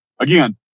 Again